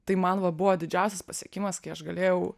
tai man va buvo didžiausias pasiekimas kai aš galėjau